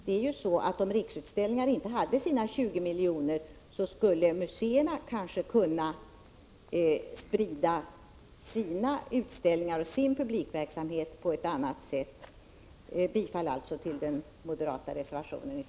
Det är ju så att om Riksutställningar inte hade sina 20 miljoner så skulle kanske museerna kunna sprida sina utställningar och sin publikverksamhet på ett annat sätt.